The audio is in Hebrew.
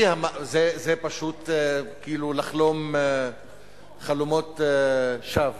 זה פשוט כאילו לחלום חלומות שווא.